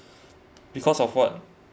because of what